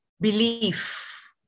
belief